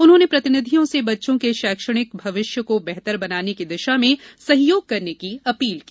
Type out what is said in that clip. उन्होंने प्रतिनिधियों से बच्चों के शैक्षणिक भविष्य को बेहतर बनाने की दिशा में सहयोग करने की अपील की